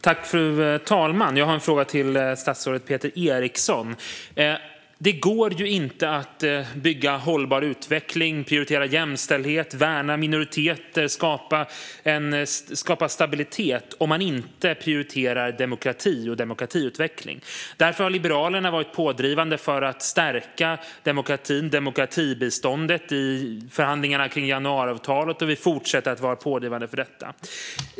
Fru talman! Jag har en fråga till statsrådet Peter Eriksson. Det går inte att bygga hållbar utveckling, prioritera jämställdhet, värna minoriteter och skapa stabilitet om man inte prioriterar demokrati och demokratiutveckling. Därför har Liberalerna varit pådrivande för att stärka demokratibiståndet i förhandlingarna om januariavtalet, och vi fortsätter att vara pådrivande för detta.